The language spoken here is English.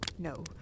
No